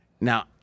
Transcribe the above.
Now